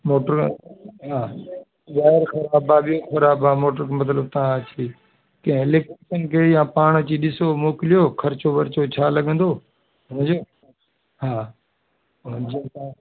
motor आहे हा wire ख़राबु आहे रिंग ख़राबु आहे मोटर मतलबु तव्हां अची कंहिं इलैक्ट्रीशियन खे या पाणि अची ॾिसो मोकिलियो ख़र्चु वर्चु छा लॻंदो समुझो हा हांजी